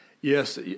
Yes